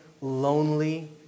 lonely